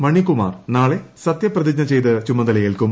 മണികുമാർ നാളെ സത്യപ്രതിജ്ഞ ചെയ്ത് ചുമതലയേൽക്കും